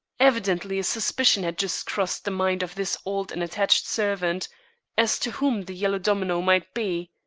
evidently a suspicion had just crossed the mind of this old and attached servant as to whom the yellow domino might be.